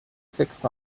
fixed